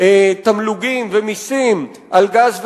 תמלוגים ומסים על גז ונפט.